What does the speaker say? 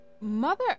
Mother